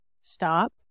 stop